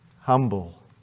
humble